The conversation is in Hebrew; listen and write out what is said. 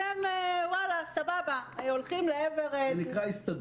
אתם סבבה הולכים -- זה נקרא "הסתדרות".